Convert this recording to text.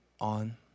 on